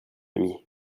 ami